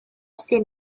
seen